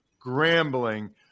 Grambling